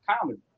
comedy